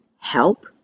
help